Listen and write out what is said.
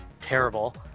terrible